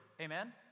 amen